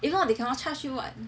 if not they cannot charge you [what]